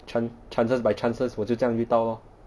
chan~ chances by chances 我就这样遇到 lor